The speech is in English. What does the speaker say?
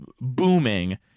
booming